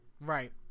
right